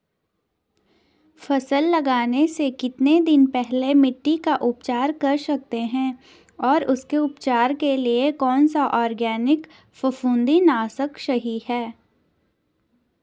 फसल लगाने से कितने दिन पहले मिट्टी का उपचार कर सकते हैं और उसके उपचार के लिए कौन सा ऑर्गैनिक फफूंदी नाशक सही है?